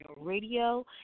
radio